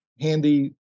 handy